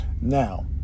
Now